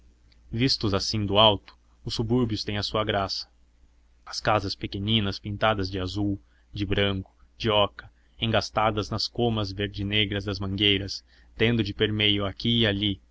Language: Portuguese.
vistos assim do alto os subúrbios têm a sua graça as casas pequeninas pintadas de azul de branco de oca engastadas nas comas verde negras das mangueiras tendo de permeio aqui e ali